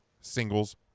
singles